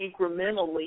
incrementally